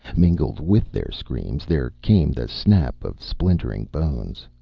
mingled with their screams there came the snap of splintering bones.